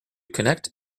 connect